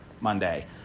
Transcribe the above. Monday